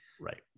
Right